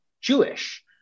Jewish